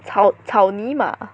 操草泥马